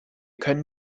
können